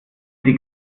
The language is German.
sie